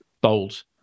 Bold